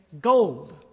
gold